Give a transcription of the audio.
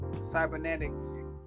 cybernetics